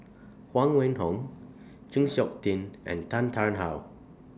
Huang Wenhong Chng Seok Tin and Tan Tarn How